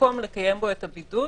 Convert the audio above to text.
מקום לקיים בו את הבידוד